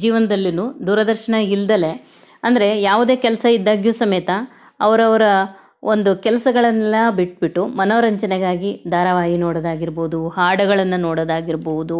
ಜೀವನ್ದಲ್ಲೂನು ದೂರದರ್ಶನ ಇಲ್ದಲೆ ಅಂದರೆ ಯಾವುದೇ ಕೆಲಸ ಇದ್ದಾಗ್ಯೂ ಸಮೇತ ಅವರವ್ರ ಒಂದು ಕೆಲ್ಸಗಳನ್ನ ಬಿಟ್ಟುಬಿಟ್ಟು ಮನೋರಂಜನೆಗಾಗಿ ಧಾರಾವಾಹಿ ನೋಡೋದಾಗಿರ್ಬೋದು ಹಾಡುಗಳನ್ನು ನೋಡೋದಾಗಿರ್ಬೋದು